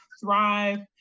thrive